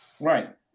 right